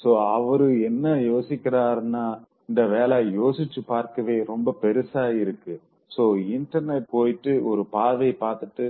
so அவரு என்ன யோசிக்கிறாறுனா இந்த வேல யோசிச்சு பார்க்கவே ரொம்ப பெருசா இருக்கு சோ இன்டர்நெட் போயிட்டு ஒரு பார்வை பாத்துட்டு